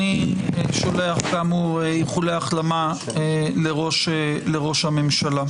אני שולח כאמור איחולי החלמה לראש הממשלה.